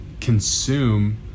consume